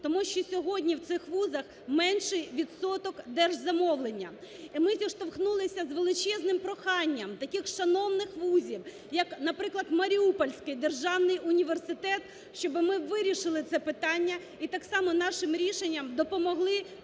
Тому що сьогодні в цих вузах менший відсоток держзамовлення і ми зіштовхнулися з величезним проханням таких шановних вузів як, наприклад, Маріупольський державний університет, щоб ми вирішили це питання і так само нашим рішенням допомогли